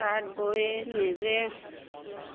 তাত বৈয়ে নিজে